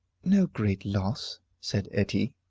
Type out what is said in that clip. no great loss, said etty,